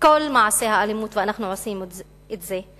כל מעשה אלימות, ואנחנו עושים את זה,